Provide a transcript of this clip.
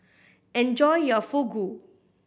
enjoy your Fugu